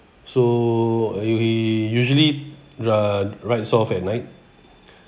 so uh you he usually uh ride soft at night